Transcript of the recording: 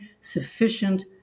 sufficient